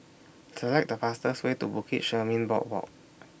Select The fastest Way to Bukit Chermin Boardwalk